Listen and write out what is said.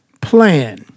plan